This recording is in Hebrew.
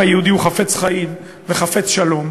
והעם היהודי הוא חפץ חיים וחפץ שלום,